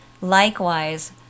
Likewise